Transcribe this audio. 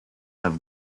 have